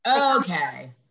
Okay